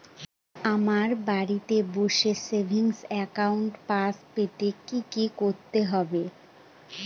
আমায় বাড়ি বসে সেভিংস অ্যাকাউন্টে পেনশন পেতে কি কি করতে হবে?